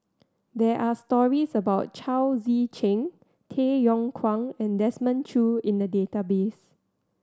there are stories about Chao Tzee Cheng Tay Yong Kwang and Desmond Choo in the database